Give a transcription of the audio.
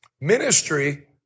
Ministry